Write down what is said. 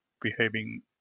behaving